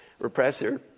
repressor